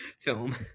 film